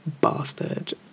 bastard